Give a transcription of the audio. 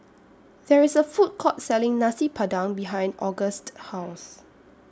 There IS A Food Court Selling Nasi Padang behind Auguste's House